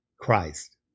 Christ